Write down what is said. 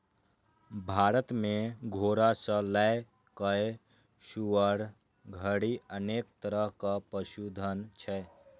भारत मे घोड़ा सं लए कए सुअर धरि अनेक तरहक पशुधन छै